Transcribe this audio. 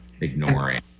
ignoring